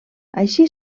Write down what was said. així